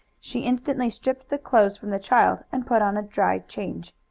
she instantly stripped the clothes from the child and put on a dry change.